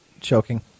choking